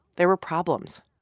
there were problems.